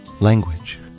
language